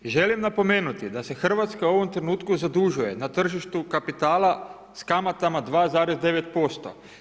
Želim napomenuti da se RH u ovom trenutku zadužuje na tržištu kapitala s kamatama 2,9%